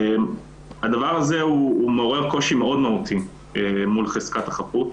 הדבר הזה מעורר קושי מאוד מהותי מול חזקת החפות.